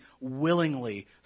willingly